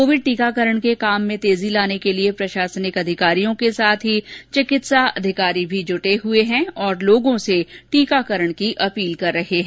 Covid टीकाकरण के काम में तेजी लाने के लिए प्रशासनिक अधिकारियों के साथ ही चिकित्सा अधिकारी भी जूड़े हए हैं और लोगों से टीकाकरण की अपील कर रहे हैं